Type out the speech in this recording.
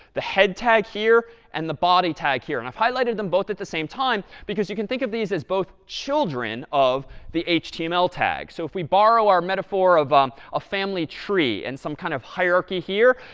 the head tag here and the body tag here. and i've highlighted them both at the same time, because you can think of these as both children of the html tag. so if we borrow our metaphor of a family tree and some kind of hierarchy here.